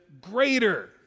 greater